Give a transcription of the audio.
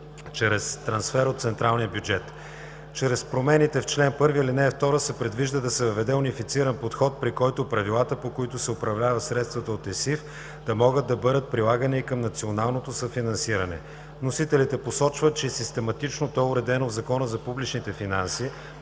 чрез трансфер от централния бюджет. Чрез промените в чл. 1, ал. 2 се предвижда да се въведе унифициран подход, при който правилата, по които се управляват средствата от ЕСИФ да могат да бъдат прилагани и към националното съфинансиране. Вносителите посочват, че систематично то е уредено в Закона за публичните финанси